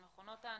של מכונות ההנשמה,